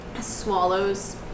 swallows